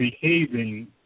behaving